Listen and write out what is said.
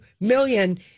million